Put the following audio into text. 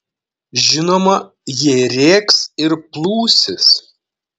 žinoma jie rėks ir plūsis